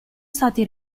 stati